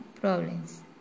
problems